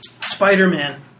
Spider-Man